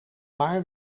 paar